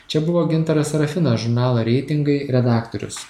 čia buvo gintaras serafinas žurnalo reitingai redaktorius